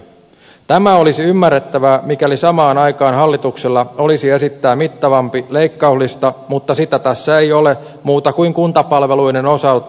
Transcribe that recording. tämä olisi ymmärrettävää mikäli samaan aikaan hallituksella olisi esittää mittavampi leikkauslista mutta sitä tässä ei ole muuta kuin kuntapalveluiden osalta